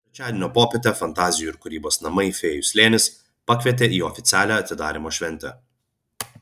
trečiadienio popietę fantazijų ir kūrybos namai fėjų slėnis pakvietė į oficialią atidarymo šventę